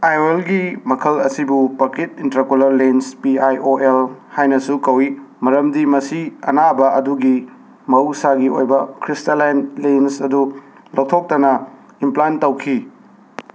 ꯑꯥꯏ O ꯑꯦꯜꯒꯤ ꯃꯈꯜ ꯑꯁꯤꯕꯨ ꯄꯀꯤꯛ intraocular lens P I O L ꯍꯥꯏꯅꯁꯨ ꯀꯧꯋꯤ ꯃꯔꯝꯗꯤ ꯃꯁꯤ ꯑꯅꯥꯕ ꯑꯗꯨꯒꯤ ꯃꯍꯧꯁꯥꯒꯤ ꯑꯣꯏꯕ ꯈ꯭ꯔꯤꯁꯇꯂꯥꯏꯟ ꯂꯦꯟꯁ ꯑꯗꯨ ꯂꯧꯊꯣꯛꯇꯅ ꯏꯝꯄ꯭ꯂꯥꯟ ꯇꯧꯈꯤ